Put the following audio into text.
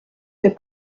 fait